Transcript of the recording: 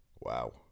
Wow